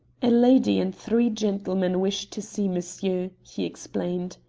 a lady and three gentlemen wish to see monsieur, he explained.